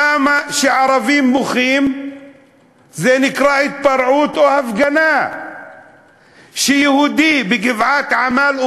למה כשערבים מוחים זה נקרא התפרעות או הפגנה וכשיהודי בגבעת-עמל,